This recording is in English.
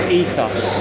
ethos